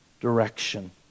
direction